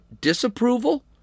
disapproval